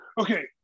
Okay